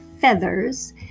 feathers